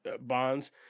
Bonds